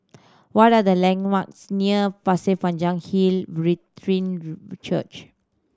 what are the landmarks near Pasir Panjang Hill Brethren Church